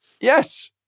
Yes